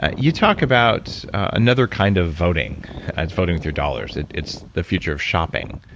ah you talk about another kind of voting as voting with your dollars. it's the future of shopping.